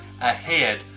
ahead